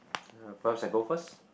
uh perhaps I go first